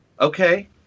Okay